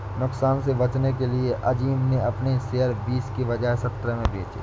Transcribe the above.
नुकसान से बचने के लिए अज़ीम ने अपने शेयर बीस के बजाए सत्रह में बेचे